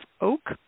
oak